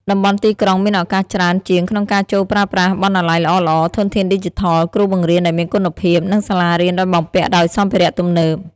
តំបន់ទីក្រុងមានឱកាសច្រើនជាងក្នុងការចូលប្រើប្រាស់បណ្ណាល័យល្អៗ ធនធានឌីជីថល គ្រូបង្រៀនដែលមានគុណភាព និងសាលារៀនដែលបំពាក់ដោយសម្ភារៈទំនើប។